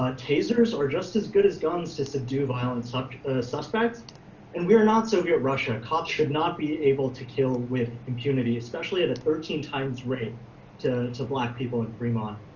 ah tasers are just as good as guns to subdue violent suspects and we are not soviet russia, cops should not be able to kill with impunity, especially at a thirteen times rate to to black people in fremont.